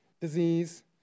disease